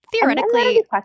Theoretically